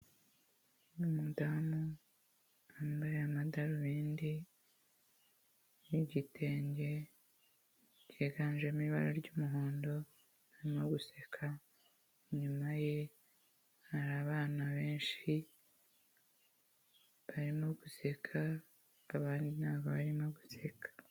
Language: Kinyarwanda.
Ni umudamu wambaye amadarubindi n'igitenge cyiganjemo ibara ry'umuhondo arimo guseka, inyuma ye hari abana benshi barimo guseka abandi ntabwo barimo gutekaka.